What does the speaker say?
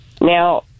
Now